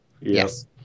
Yes